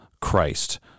Christ